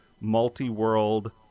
multi-world